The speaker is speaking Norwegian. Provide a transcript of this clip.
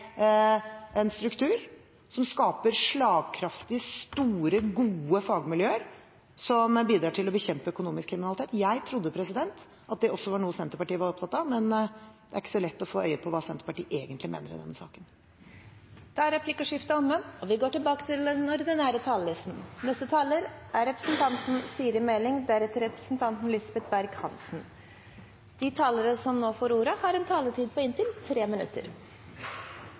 en struktur som skaper slagkraftige, store, gode fagmiljøer som bidrar til å bekjempe økonomisk kriminalitet. Jeg trodde at det også var noe Senterpartiet var opptatt av, men det er ikke så lett å få øye på hva Senterpartiet egentlig mener i denne saken. Replikkordskiftet er omme. De talere som heretter får ordet, har en taletid på inntil 3 minutter. Arbeidshverdagen til dem som arbeider på skattekontorer rundt omkring i landet, er i endring. Antall besøkende på